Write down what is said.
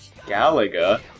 Galaga